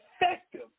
effective